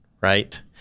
Right